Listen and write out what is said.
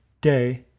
day